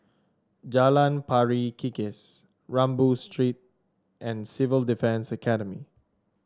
Jalan Pari Kikis Rambau Street and Civil Defence Academy